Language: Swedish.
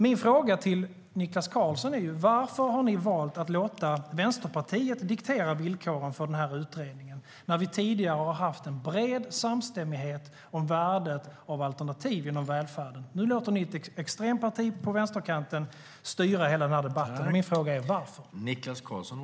Min fråga till Niklas Karlsson är: Varför har ni valt att låta Vänsterpartiet diktera villkoren för den här utredningen, när vi tidigare har haft en bred samstämmighet om värdet av alternativ inom välfärden? Nu låter ni ett extremparti på vänsterkanten styra hela debatten, och min fråga är varför.